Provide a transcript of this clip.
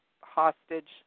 hostage